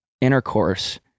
intercourse